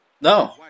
No